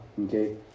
Okay